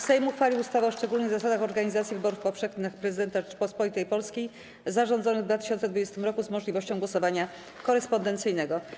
Sejm uchwalił ustawę o szczególnych zasadach organizacji wyborów powszechnych na Prezydenta Rzeczypospolitej Polskiej zarządzonych w 2020 r. z możliwością głosowania korespondencyjnego.